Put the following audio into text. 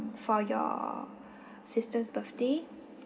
for your sister's birthday